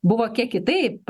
buvo kiek kitaip